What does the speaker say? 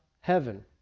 heaven